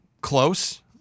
close